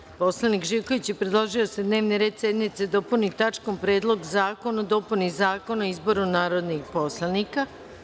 Narodni poslanik Zoran Živković je predložio da se Dnevni red sednice dopuni tačkom – Predlog zakona o dopuni Zakona o izboru narodnih poslanika.